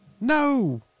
No